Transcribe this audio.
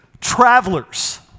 travelers